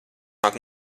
nāk